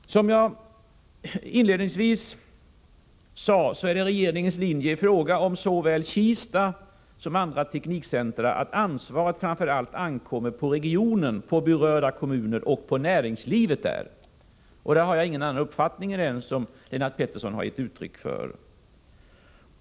Som jag inledningsvis sade är det regeringens linje i fråga om såväl Kista som andra teknikcentra att ansvaret framför allt ligger på regionen, berörda kommuner och näringslivet där. I det avseendet har jag ingen annan uppfattning än den som Lennart Pettersson gett uttryck för.